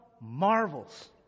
marvels